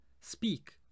speak